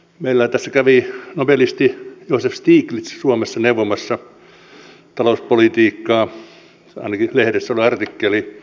meillä tässä kävi nobelisti joseph stiglitz suomessa neuvomassa talouspolitiikassa ainakin lehdessä oli artikkeli